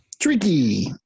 Tricky